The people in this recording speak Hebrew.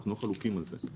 אנחנו לא חלוקים על זה,